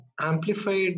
amplified